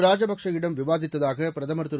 ராஜபக்சே யிடம் விவாதித்ததாக பிரதமர் திரு